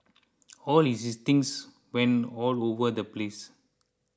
all his things went all over the place